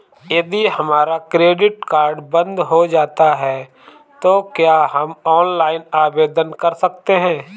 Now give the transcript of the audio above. यदि हमारा credit card बंद हो जाता है तो क्या हम ऑनलाइन आवेदन कर सकते हैं?